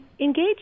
engage